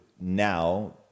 now